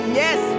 yes